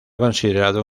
considerado